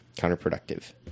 counterproductive